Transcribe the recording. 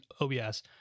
OBS